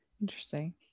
Interesting